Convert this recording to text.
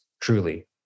truly